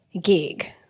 gig